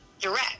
direct